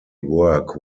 work